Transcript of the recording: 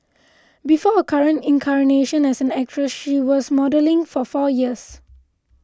before her current incarnation as actress she was modelling for four years